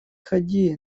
ходи